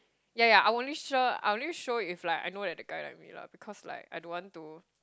yeah yeah I'll only sure I'll only show if like I know that the guy like me lah because like I don't want to